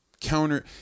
counter